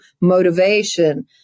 motivation